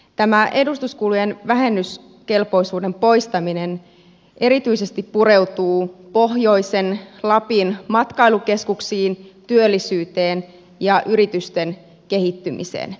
tämä edustuskulujen vähennyskelpoisuuden poistaminen erityisesti pureutuu pohjoisen lapin matkailukeskuksiin työllisyyteen ja yritysten kehittymiseen